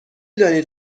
دانید